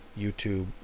YouTube